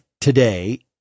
today